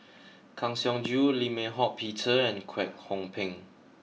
Kang Siong Joo Lim Eng Hock Peter and Kwek Hong Png